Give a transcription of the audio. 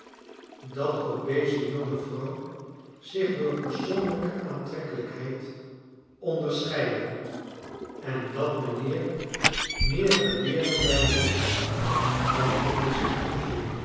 dat ook deze jonge vrouw zich door persoonlijke aantrekkelijkheid onderscheidde en dat mijnheer meer geweren bij zich had dan robinson crusoe